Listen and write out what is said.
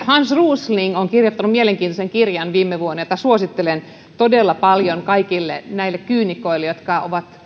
hans rosling on kirjoittanut mielenkiintoisen kirjan viime vuonna jota suosittelen todella paljon kaikille näille kyynikoille jotka ovat